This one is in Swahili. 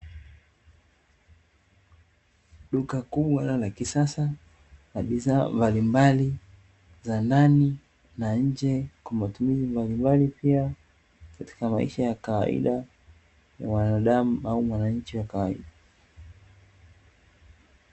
Duka kubwa la kisasa la bidhaa mbalimbali za ndani na nje, kwa matumizi mbalimbali pia katika maisha ya kawaida ya mwanadamu au mwananchi wa kawaida.